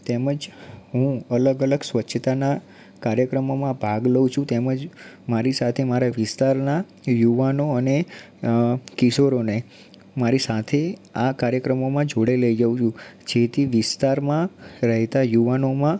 તેમજ હું અલગ અલગ સ્વચ્છતાના કાર્યક્રમોમાં ભાગ લઉં છું તેમજ મારી સાથે મારા વિસ્તારના યુવાનો અને અ કિશોરોને મારી સાથે આ કાર્યક્રમોમાં જોડે લઇ જાઉં છું જેથી વિસ્તારમાં રહેતા યુવાનોમાં